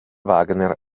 wagner